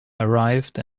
arrived